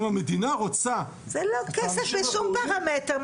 אם המדינה רוצה, זה לא כסף בשום פרמטר.